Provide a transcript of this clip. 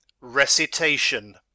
Recitation